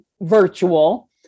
virtual